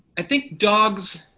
i think dogs,